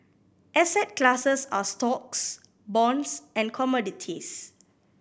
asset classes are stocks bonds and commodities